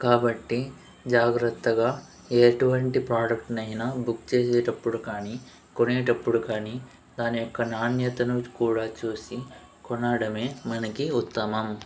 కాబట్టి జాగ్రత్తగా ఎటువంటి ప్రోడక్ట్ అయినా బుక్ చేసేటప్పుడు కానీ కొనేటప్పుడు కానీ దాని యొక్క నాణ్యతను కూడా చూసి కొనడమే మనకి ఉత్తమం